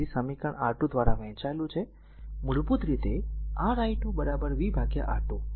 તેથી આ સમીકરણ R2 દ્વારા વહેંચાયેલું છે મૂળભૂત રીતે r i2 v R2